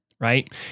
right